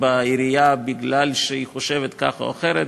בעירייה בגלל שהיא חושבת כך או אחרת.